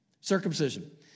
Circumcision